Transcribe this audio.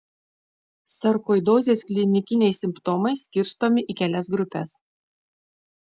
sarkoidozės klinikiniai simptomai skirstomi į kelias grupes